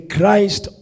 Christ